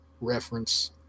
reference